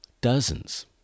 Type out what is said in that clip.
Dozens